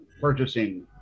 purchasing